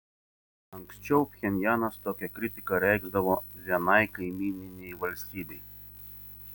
anksčiau pchenjanas tokią kritiką reikšdavo vienai kaimyninei valstybei